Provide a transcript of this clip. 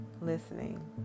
listening